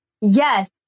Yes